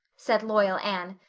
said loyal anne.